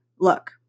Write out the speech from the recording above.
look